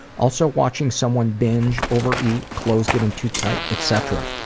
also watching someone binge, over-eat, clothes getting too tight, etc.